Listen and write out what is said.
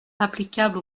applicable